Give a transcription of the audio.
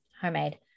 homemade